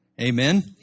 Amen